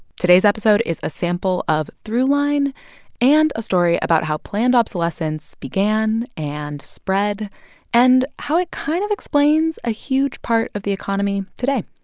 today's episode is a sample of throughline and a story about how planned obsolescence began and spread and how it kind of explains a huge part of the economy today.